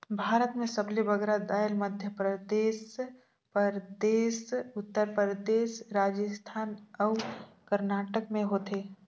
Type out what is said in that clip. भारत में सबले बगरा दाएल मध्यपरदेस परदेस, उत्तर परदेस, राजिस्थान अउ करनाटक में होथे